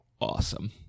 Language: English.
awesome